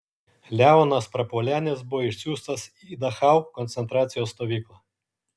leonas prapuolenis buvo išsiųstas į dachau koncentracijos stovyklą